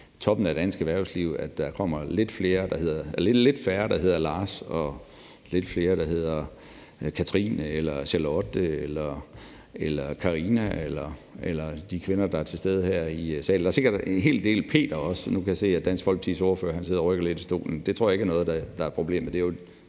at der kommer lidt færre, der hedder Lars, og lidt flere, der hedder Katrine, Charlotte, Karina, eller hvad de kvinder, der er til stede her i salen, hedder. Der er sikkert også en hel del, der hedder Peter – nu kan jeg se, Dansk Folkepartis ordfører sidder og rykker lidt på stolen – men det tror jeg ikke er problemet.